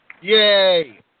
Yay